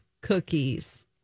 Cookies